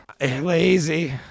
Lazy